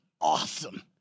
awesome